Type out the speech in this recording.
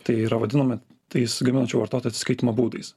tai yra vadinami tais gaminančių vartotojų atsiskaitymo būdais